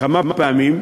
כמה פעמים,